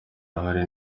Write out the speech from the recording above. arahari